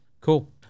Cool